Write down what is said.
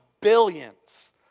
billions